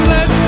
Let